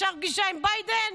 אפשר פגישה עם ביידן?